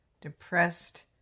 depressed